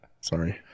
Sorry